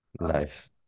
Nice